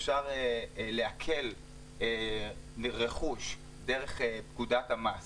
ואפשר לעקל רשות דרך פקודת המס,